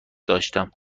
داشتم